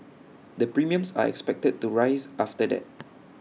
the premiums are expected to rise after that